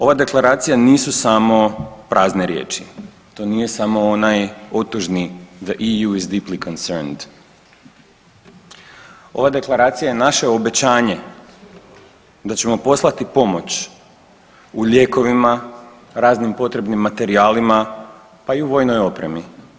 Ova deklaracija nisu samo prazne riječi, to nije samo onaj otužni … [[Govornik se ne razumije]] , ova deklaracija je naše obećanje da ćemo poslati pomoć u lijekovima, raznim potrebnim materijalima, pa i vojnoj opremi.